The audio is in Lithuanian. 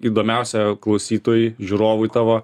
įdomiausia klausytojui žiūrovui tavo